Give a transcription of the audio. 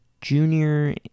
junior